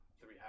Three